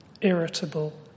irritable